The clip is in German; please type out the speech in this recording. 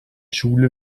schule